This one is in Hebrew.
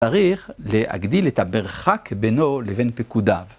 צריך להגדיל את המרחק בינו לבין פיקודיו.